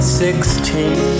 sixteen